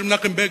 של מנחם בגין.